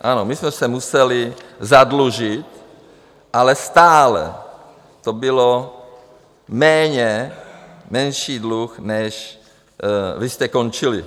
Ano, my jsme se museli zadlužit, ale stále to bylo méně, menší dluh, než vy jste končili.